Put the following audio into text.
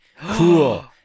cool